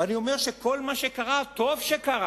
ואני אומר שכל מה שקרה, טוב שקרה.